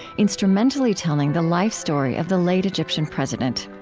instrumentally telling the life story of the late egyptian president.